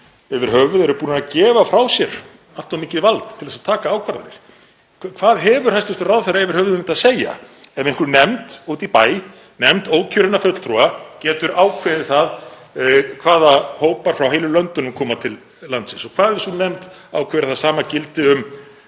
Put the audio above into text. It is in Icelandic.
yfir höfuð eru búnir að gefa frá sér allt of mikið vald til að taka ákvarðanir. Hvað hefur hæstv. ráðherra yfir höfuð um þetta að segja ef einhver nefnd úti í bæ, nefnd ókjörinna fulltrúa, getur ákveðið það hvaða hópar frá heilu löndunum koma til landsins? Hvað ef sú nefnd ákveður að það sama gildi um